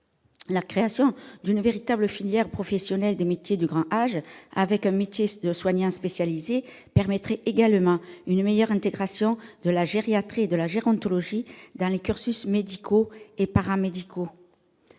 La création d'une véritable filière professionnelle des métiers du grand âge, avec un métier de soignant spécialisé, permettrait également une meilleure intégration de la gériatrie et de la gérontologie dans les cursus médicaux et paramédicaux.